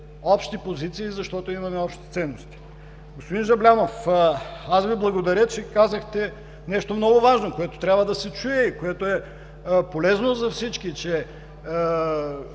общи позиции, защото имаме общи ценности. Господин Жаблянов, аз Ви благодаря, че казахте нещо много важно, което трябва да се чуе и което е полезно за всички, че